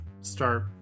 start